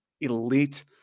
elite –